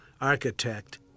architect